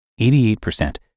88%